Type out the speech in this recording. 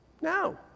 No